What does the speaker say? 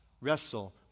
wrestle